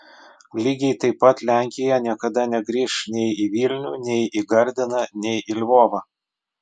lygiai taip pat lenkija niekada negrįš nei į vilnių nei į gardiną nei į lvovą